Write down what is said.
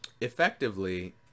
Effectively